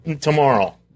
tomorrow